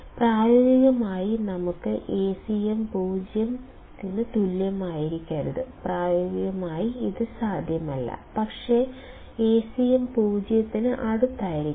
പ്രായോഗികമായി നമുക്ക് Acm 0 ന് തുല്യമായിരിക്കരുത് പ്രായോഗികമായി ഇത് സാധ്യമല്ല പക്ഷേ Acm 0 ന് അടുത്തായിരിക്കാം